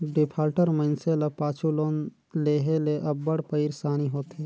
defaulter मइनसे ल पाछू लोन लेहे ले अब्बड़ पइरसानी होथे